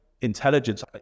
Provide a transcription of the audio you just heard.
intelligence